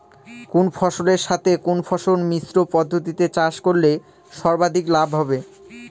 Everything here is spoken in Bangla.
কোন ফসলের সাথে কোন ফসল মিশ্র পদ্ধতিতে চাষ করলে সর্বাধিক লাভ হবে?